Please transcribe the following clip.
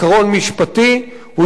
הוא עיקרון משפטי,